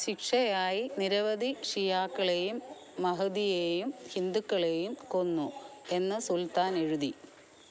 ശിക്ഷയായി നിരവധി ഷിയാക്കളെയും മഹ്ദിയെയും ഹിന്ദുക്കളെയും കൊന്നു എന്ന് സുൽത്താൻ എഴുതി